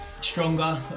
stronger